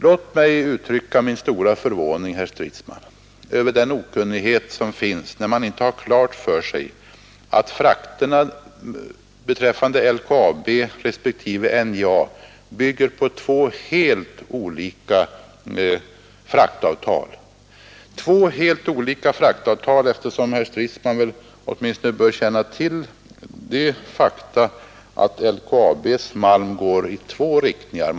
Låt mig uttrycka min stora förvåning, herr Stridsman, över den okunnighet som råder, när man inte har klart för sig att fraktkostnaderna för LKAB och NJA bygger på två helt olika fraktavtal. Herr Stridsman borde åtminstone känna till det faktum att LKAB:s malm går i två riktningar.